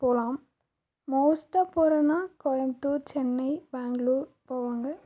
போகலாம் மோஸ்ட்டாக போகிறதுனா கோயம்புத்தூர் சென்னை பாங்களூர் போவாங்க